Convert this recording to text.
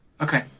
Okay